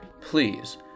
please